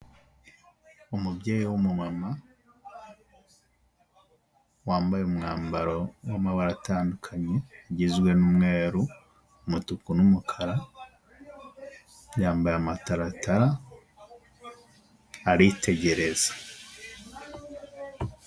Umubyeyi w'umumama wambaye umwambaro wamabara atandukanye, ugizwe n'umweru, umutuku n'umukara, yambaye amataratara aritegereza.